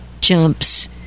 jumps